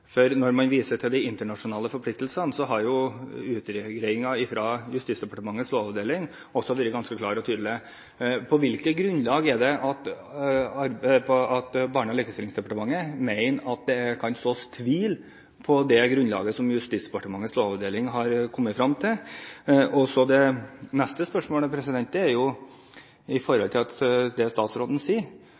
de internasjonale forpliktelsene, har utgreiinga fra Justisdepartementets lovavdeling også vært ganske klar og tydelig. På hvilket grunnlag er det Barne-, likestillings- og inkluderingsdepartementet mener at det kan sås tvil ut fra det som Justisdepartementets lovavdeling har kommet frem til? Det neste spørsmålet går på det statsråden sier om at hun vil komme raskt tilbake til Stortinget med dette, og at